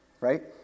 right